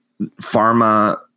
pharma